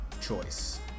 choice